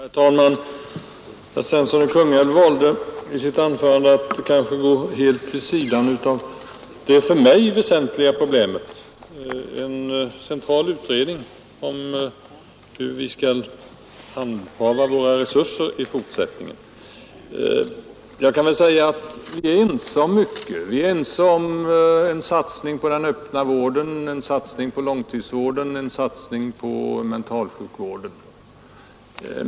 Herr talman! Herr Svensson i Kungälv valde att i sitt anförande gå helt vid sidan av det för mig väsentliga, nämligen en central utredning om hur vi skall handha våra resurser i fortsättningen. Jag kan säga att vi är ense om mycket. Vi är ense om en satsning på den öppna vården, en satsning på långtidsvården och en satsning på mentalsjukvården.